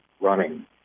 running